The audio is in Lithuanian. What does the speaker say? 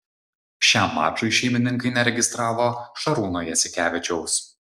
šiam mačui šeimininkai neregistravo šarūno jasikevičiaus